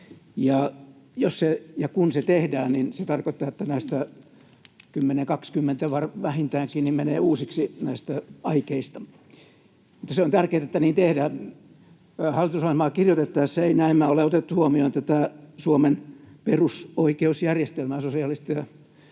ja kun se tehdään, niin se tarkoittaa, että näistä aikeista vähintäänkin 10—20 menee uusiksi. Mutta se on tärkeätä, että niin tehdään. Hallitusohjelmaa kirjoitettaessa ei näemmä ole otettu huomioon Suomen perusoikeusjärjestelmää sosiaalisten